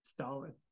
solid